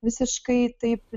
visiškai taip